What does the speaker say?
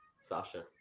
Sasha